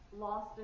Lost